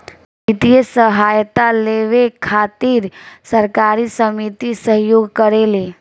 वित्तीय सहायता लेबे खातिर सहकारी समिति सहयोग करेले